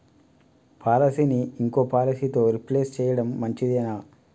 పాలసీని ఇంకో పాలసీతో రీప్లేస్ చేయడం మంచిదేనా?